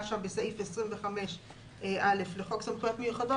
שם בסעיף 25(א) לחוק סמכויות מיוחדות.